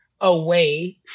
away